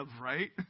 right